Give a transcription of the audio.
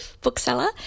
bookseller